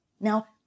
Now